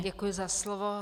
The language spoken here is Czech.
Děkuji za slovo.